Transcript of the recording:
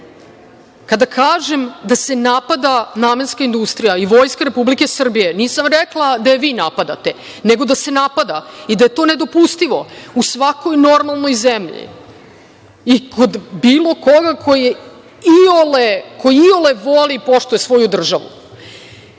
Kada kažem da se napada namenska industrija i Vojska Republike Srbije, nisam rekla da je vi napadate, nego da se napada i da je to nedopustivo u svakoj normalnoj zemlji i kod bilo koga koji iole voli i poštuje svoju državu. Afera